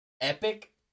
Epic